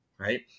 Right